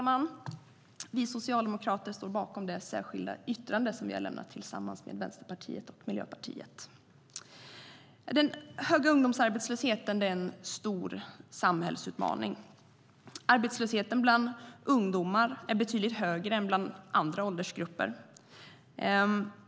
Herr talman! Vi socialdemokrater står bakom det särskilda yttrande som vi har lämnat tillsammans med Vänsterpartiet och Miljöpartiet. Den stora ungdomsarbetslösheten är en stor samhällsutmaning. Arbetslösheten bland ungdomar är betydligt högre än bland andra åldersgrupper.